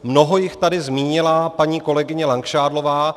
Mnoho jich tady zmínila paní kolegyně Langšádlová.